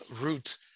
route